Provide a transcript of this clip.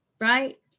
Right